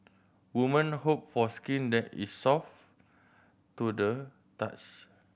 woman hope for skin that is soft to the touch